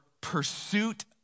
pursuit